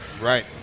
right